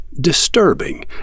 disturbing